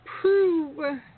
prove